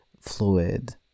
fluid